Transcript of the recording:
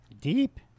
Deep